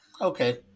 okay